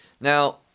now